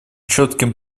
четким